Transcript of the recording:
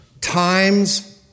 times